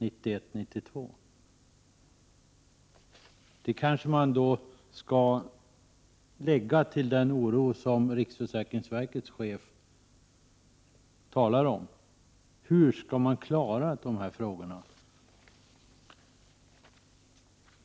Detta kanske man skall addera till den oro som riksförsäkringsverkets chef talar om. Hur skall man klara dessa problem?